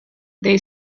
they